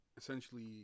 essentially